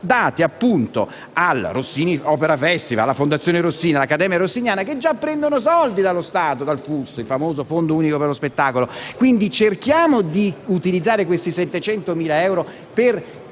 dati al Rossini opera festival, alla Fondazione Rossini e all'Accademia rossiniana, che già prendono soldi dallo Stato, dal FUS, il famoso fondo unico per lo spettacolo. Cerchiamo di utilizzare questi 700.000 euro per